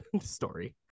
story